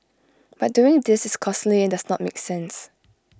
but doing this is costly and does not make sense